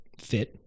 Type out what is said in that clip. fit